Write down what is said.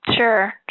Sure